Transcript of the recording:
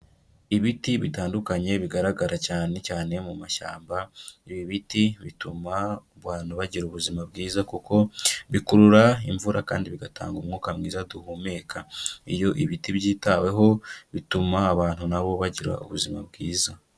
Ibiti bitandukanye bigaragara cyane cyane mu mashyamba, ibi biti bituma abantu bagira ubuzima bwiza kuko bikurura imvura kandi bigatanga umwuka mwiza duhumeka, iyo ibiti byitaweho bituma abantu na bo bagira ubuzima bwiza.